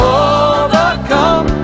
overcome